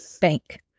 Bank